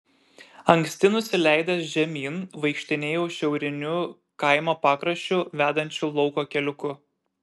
anksti nusileidęs žemyn vaikštinėjau šiauriniu kaimo pakraščiu vedančiu lauko keliuku